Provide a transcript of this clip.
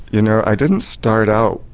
you know i didn't start out,